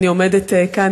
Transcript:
אני עומדת כאן,